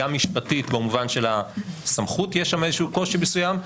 גם משפטית במובן של הסמכות יש שם איזשהו קושי מסוים,